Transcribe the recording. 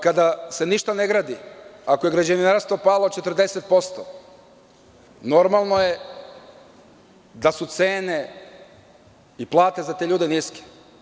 Kada se ništa ne gradi ako je građevinarstvo palo 40% normalno je da su cene i plate za te ljude niske.